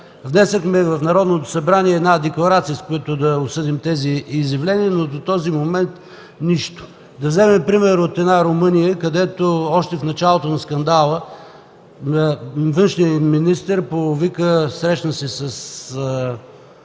внесохме в Народното събрание декларация, с която да осъдим тези изявления, но до този момент – нищо! Да вземем пример от Румъния, където още в началото на скандала външният им министър се срещна с